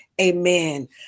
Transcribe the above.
amen